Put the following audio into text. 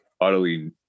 utterly